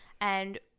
And-